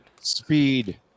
Speed